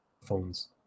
phones